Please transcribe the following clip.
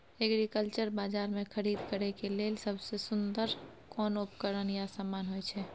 Agriculture बाजार में खरीद करे के लेल सबसे सुन्दर कोन उपकरण या समान होय छै?